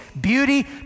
beauty